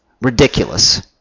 Ridiculous